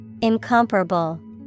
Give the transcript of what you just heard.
Incomparable